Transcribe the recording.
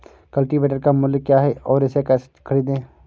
Cultivator का मूल्य क्या है और इसे कैसे खरीदें?